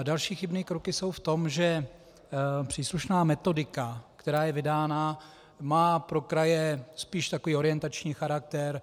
Další chybné kroky jsou v tom, že příslušná metodika, která je vydána, má pro kraje spíše orientační charakter.